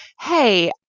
Hey